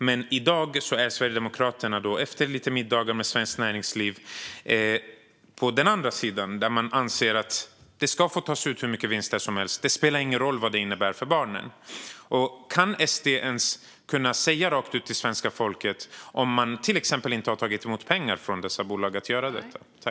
Men i dag är Sverigedemokraterna, efter lite middagar med Svenskt Näringsliv, på den andra sidan och anser att det ska få tas ut hur stora vinster som helst; det spelar ingen roll vad det innebär för barnen. Kan SD ens säga rakt ut till svenska folket att man inte till exempel har tagit emot pengar från dessa bolag för att göra detta?